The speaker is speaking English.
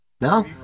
No